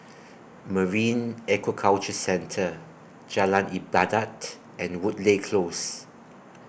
Marine Aquaculture Centre Jalan Ibadat and Woodleigh Close